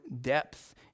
depth